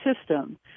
system